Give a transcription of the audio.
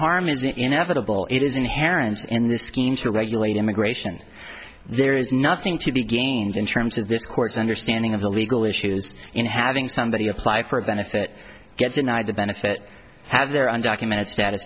harm is inevitable it is inherent in this scheme to regulate immigration there is nothing to be gained in terms of this court's understanding of the legal issues in having somebody apply for a benefit get denied the benefit have their undocumented status